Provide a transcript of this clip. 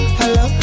hello